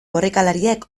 korrikalariek